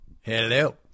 Hello